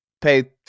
pay